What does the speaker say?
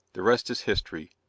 the rest is history,